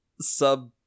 sub